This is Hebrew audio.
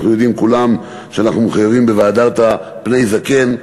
אנחנו יודעים כולם שאנחנו מחויבים ב"והדרת פני זקן".